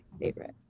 favorite